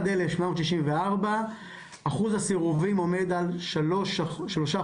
31,794. אחוז הסירובים עומד על3.15%,